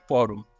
Forum